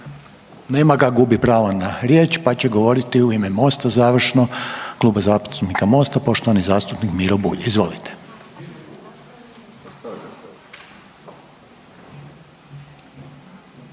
Nema ga, gubi pravo na riječ, pa će govoriti u ime MOST-a završno, Kluba zastupnika MOST-a poštovani zastupnik Miro Bulj. Izvolite.